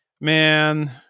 man